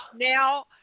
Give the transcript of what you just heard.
Now